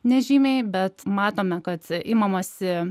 nežymiai bet matome kad imamasi